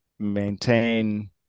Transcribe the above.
maintain